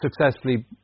successfully